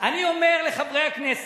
אני אומר לחברי הכנסת: